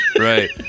right